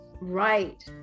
Right